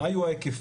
מה יהיו ההיקפים?